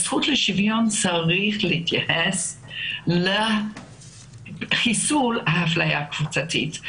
הזכות לשוויון צריכה להתייחס לחיסול האפליה הקבוצתית.